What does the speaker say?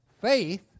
Faith